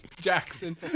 Jackson